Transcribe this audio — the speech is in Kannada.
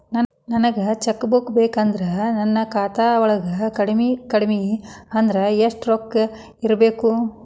ನನಗ ಚೆಕ್ ಬುಕ್ ಬೇಕಂದ್ರ ನನ್ನ ಖಾತಾ ವಳಗ ಕಡಮಿ ಕಡಮಿ ಅಂದ್ರ ಯೆಷ್ಟ್ ರೊಕ್ಕ ಇರ್ಬೆಕು?